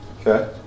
Okay